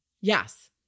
yes